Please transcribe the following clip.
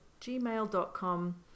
gmail.com